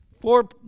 four